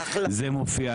זה מופיע.